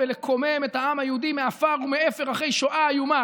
בלקומם את העם היהודי מעפר ומאפר אחרי שואה איומה,